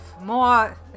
more